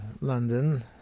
London